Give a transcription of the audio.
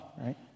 right